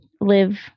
live